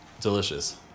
Delicious